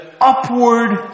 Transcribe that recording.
upward